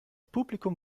publikum